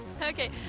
Okay